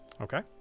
Okay